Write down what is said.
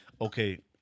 okay